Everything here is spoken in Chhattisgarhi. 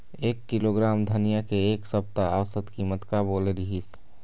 एक किलोग्राम धनिया के एक सप्ता औसत कीमत का बोले रीहिस?